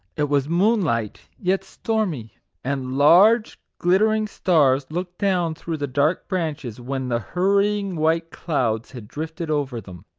it was moonlight, yet stormy and large, glittering stars, looked down through the dark branches, when the hurrying white clouds had drifted over them.